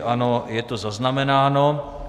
Ano, je to zaznamenáno.